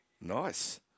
Nice